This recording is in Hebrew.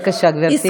בבקשה, גברתי.